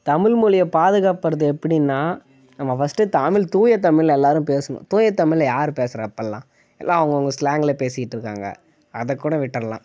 தமிழ் மொழியை பாதுகாப்படுத்துவது எப்படின்னா நம்ம ஃபஸ்ட் தமிழ் தூய தமிழ் எல்லாரும் பேசணும் தூய தமிழ் யார் பேசுகிறா இப்போலாம் எல்லாம் அவங்கவுங்க ஸ்லாங்ல பேசிட்டு இருக்காங்க அதை கூட விட்டுர்லாம்